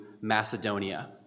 Macedonia